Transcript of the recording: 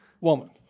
woman